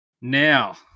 now